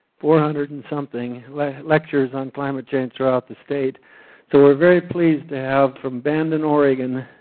four hundred and something lectures on climate change throughout the state so we're very pleased to have from bandon, oregon,